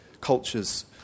cultures